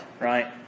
Right